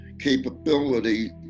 capability